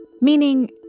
Meaning